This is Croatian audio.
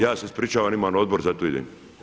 Ja se ispričavam, imam Odbor zato idem.